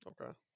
Okay